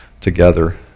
together